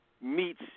meets